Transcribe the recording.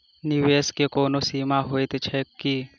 निवेश केँ कोनो सीमा होइत छैक की?